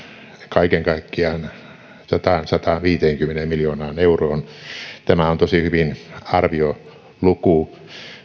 kaiken kaikkiaan sataan viiva sataanviiteenkymmeneen miljoonaan euroon tämä on tosin hyvin arvioluku